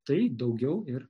tai daugiau ir